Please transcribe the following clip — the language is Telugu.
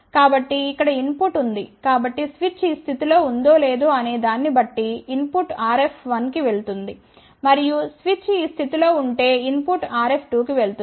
కాబట్టి ఇక్కడ ఇన్ పుట్ ఉంది కాబట్టి స్విచ్ ఈ స్థితిలో ఉందో లేదో అనే దాన్ని బట్టి ఇన్ పుట్ RF1 కి వెళుతుంది మరియు స్విచ్ ఈ స్థితిలో ఉంటే ఇన్ పుట్ RF2 కి వెళుతుంది